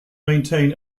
maintain